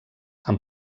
amb